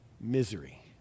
misery